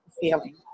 feeling